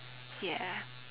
ya